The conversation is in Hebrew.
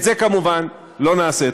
את זה כמובן לא נעשה.